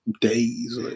days